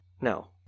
No